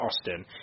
Austin